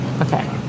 Okay